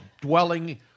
Dwelling